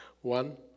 One